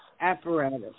apparatus